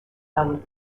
arab